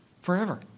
Forever